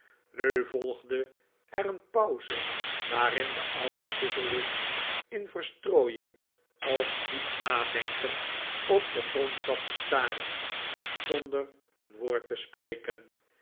nu volgde er een pauze waarin de oude chuzzlewit in verstrooiing of diep nadenken op den grond zat te staren zonder een woord te spreken